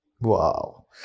wow